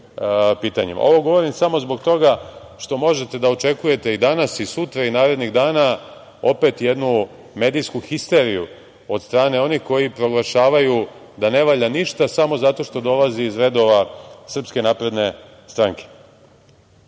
govorim samo zbog toga što možete da očekujete i danas i sutra i narednih dana opet jednu medijsku histeriju od strane onih koji proglašavaju da ne valja ništa samo zato što dolazi iz redova SNS.U prošlom mandatu